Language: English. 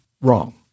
wrong